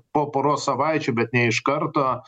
po poros savaičių bet ne iš karto